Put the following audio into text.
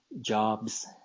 jobs